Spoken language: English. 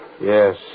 Yes